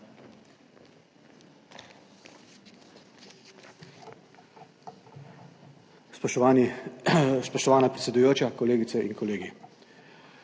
spoštovana predsedujoča, kolegice in kolegi!